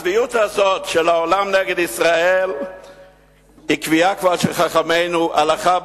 הצביעות הזאת של העולם נגד ישראל היא כבר קביעה של חכמינו: הלכה,